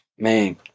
Man